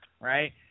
right